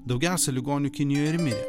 daugiausia ligonių kinijoje ir mirė